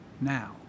now